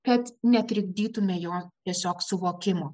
kad netrikdytume jo tiesiog suvokimo